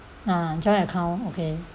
ah joint account okay